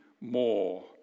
more